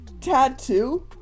tattoo